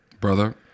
Brother